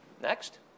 Next